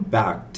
back